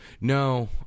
No